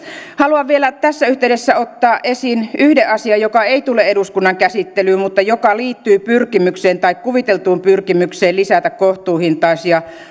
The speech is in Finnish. haluan vielä tässä yhteydessä ottaa esiin yhden asian joka ei tule eduskunnan käsittelyyn mutta joka liittyy pyrkimykseen tai kuviteltuun pyrkimykseen lisätä kohtuuhintaisia